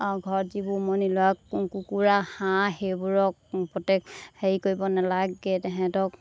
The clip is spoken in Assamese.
ঘৰত যিবোৰ উমনি লোৱা কুকুৰা হাঁহ সেইবোৰক প্ৰত্যেক হেৰি কৰিব নালাগে তাহাঁতক